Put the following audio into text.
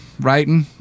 writing